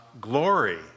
glory